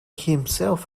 himself